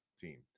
team